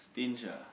tinge ah